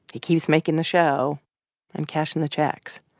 he keeps making the show and cashing the checks